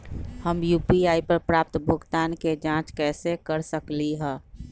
हम यू.पी.आई पर प्राप्त भुगतान के जाँच कैसे कर सकली ह?